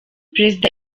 perezida